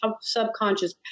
subconscious